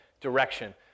direction